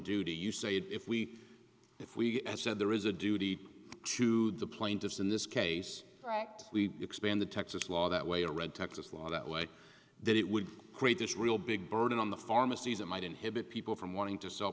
duty you say that if we if we had said there is a duty to the plaintiffs in this case right we expand the texas law that way or read texas law that way then it would create this real big burden on the pharmacies that might inhibit people from wanting to sell